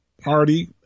Party